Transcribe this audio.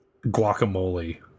guacamole